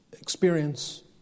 experience